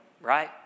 right